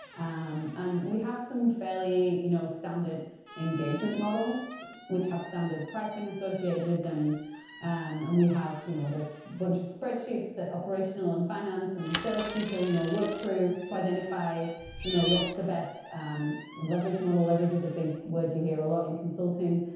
um and we have some fairly you know standard engagement models which have standard pricing associate with them and we have you know these bunch of spreadsheets that operational and finance and salespeople you know work through to identify you know what's the best um leverage model. leverage is a big word you hear a lot in consulting.